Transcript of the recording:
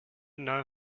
know